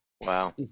Wow